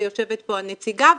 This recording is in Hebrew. שיושבת פה הנציגה,